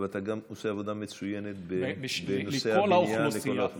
אתה גם עושה עבודה מצוינת בנושא המניעה בכל האוכלוסייה.